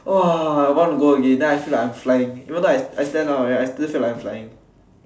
!wah! want to go again then I feel like I'm flying even though I stand down I still feel like I'm flying